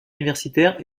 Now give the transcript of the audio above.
universitaire